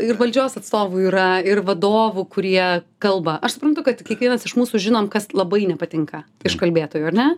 ir valdžios atstovų yra ir vadovų kurie kalba aš suprantu kad kiekvienas iš mūsų žinom kas labai nepatinka iš kalbėtojų ar ne